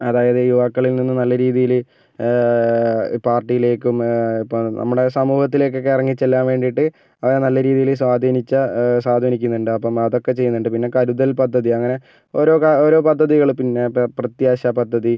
അതായത് യുവാക്കളിൽ നിന്ന് നല്ലരീതിയില് പാർട്ടിയിലേക്കും ഇപ്പം നമ്മുടെ സമൂഹത്തിലേക്കൊക്കെ ഇറങ്ങി ചെല്ലാൻ വേണ്ടിയിട്ട് അവരെ നല്ല രീതിയില് സ്വാധിനിച്ച സ്വാധീനിക്കുന്നുണ്ട് പിന്നെ അതൊക്കെ ചെയ്യുന്നുണ്ട് പിന്നെ കരുതൽ പദ്ധതി അങ്ങനെ ഓരോ ഓരോ പദ്ധതികള് പിന്നെ പ്രത്യാശ പദ്ധതി